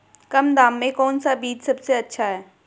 कम दाम में कौन सा बीज सबसे अच्छा है?